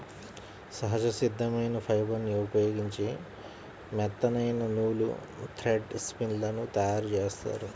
సహజ సిద్ధమైన ఫైబర్ని ఉపయోగించి మెత్తనైన నూలు, థ్రెడ్ స్పిన్ లను తయ్యారుజేత్తారు